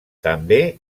també